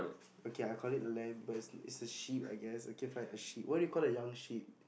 okay I call it a lamb but it's a sheep I guess okay fine a sheep what do you call a young sheep